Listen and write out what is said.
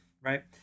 right